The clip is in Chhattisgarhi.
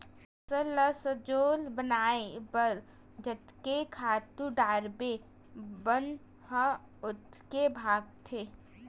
फसल ल सजोर बनाए बर जतके खातू डारबे बन ह ओतके भोगाथे